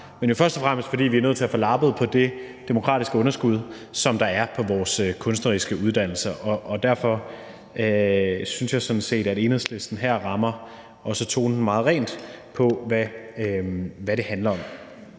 men først og fremmest fordi vi er nødt til at få lappet på det demokratiske underskud, der er på vores kunstneriske uddannelser. Og derfor synes jeg sådan set også, at Enhedslisten her rammer tonen meget rent, i forhold til hvad det handler om.